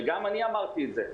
וגם אני אמרתי את זה.